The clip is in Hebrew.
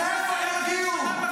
מאיפה הם יגיעו?